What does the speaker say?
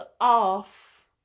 off